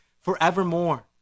forevermore